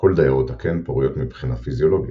כל דיירות הקן פוריות מבחינה פיזיולוגית,